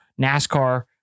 NASCAR